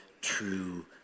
true